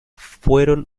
fueron